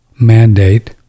mandate